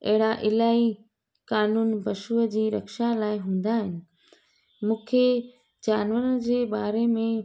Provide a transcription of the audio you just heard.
अहिड़ा इलाही कानून पशुअ जी रक्षा लाइ हूंदा आहिनि मूंखे जानवरनि जे बारे में